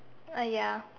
a ya